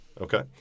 Okay